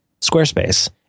Squarespace